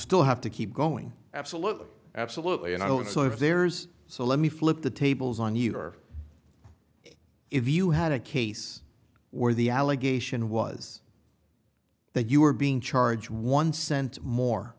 still have to keep going absolutely absolutely and i don't so if there's so let me flip the tables on you or if you had a case where the allegation was that you were being charged one cent more